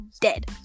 dead